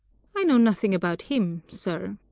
i know nothing about him, sir.